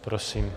Prosím.